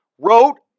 wrote